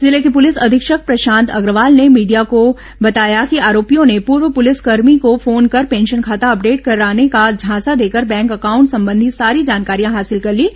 जिले के पुलिस अधीक्षक प्रशांत अग्रवाल ने मीडिया को बताया कि आरोपियों ने पूर्व पुलिसकर्मी को फोन कर पेंशन खाता अपडेट कराने का झांसा देकर बैंक अकाउंट संबंधी सारी जानकारियां हासिल कर लीं